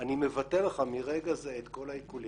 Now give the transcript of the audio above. אני מבטל לך מרגע זה את כל העיקולים,